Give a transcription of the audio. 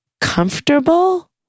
comfortable